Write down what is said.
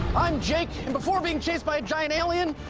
i'm jake, and before being chased by a giant alien,